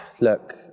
look